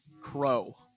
Crow